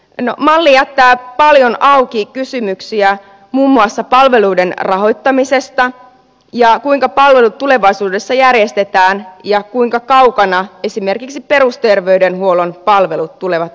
malli jättää paljon auki kysymyksiä muun muassa palveluiden rahoittamisesta ja siitä kuinka palvelut tulevaisuudessa järjestetään ja kuinka kaukana esimerkiksi perusterveydenhuollon palvelut tulevat olemaan